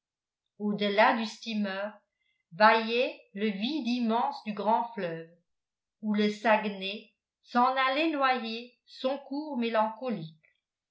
au-delà du steamer bâillait le vide immense du grand fleuve où le saguenay s'en allait noyer son cours